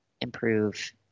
improve